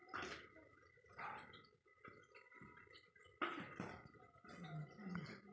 coffee के कृत्रिम उत्पाद बाजार में उपलब्ध नहीं है यद्यपि कुछ कंपनियों ने इन्हें बना लिया है